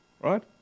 right